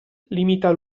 limita